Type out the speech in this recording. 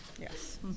Yes